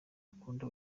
akunda